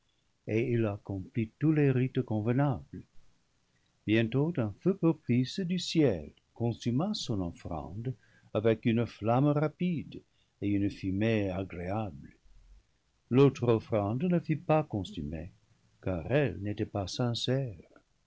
et il accomplit tous les rites convenables bientôt un feu propice du ciel consuma son offrande avec une flamme rapide et une fumée agréable l'autre offrande ne fut pas consumée car elle n'était pas sincère